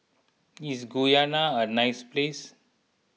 is Guyana a nice place